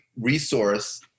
resource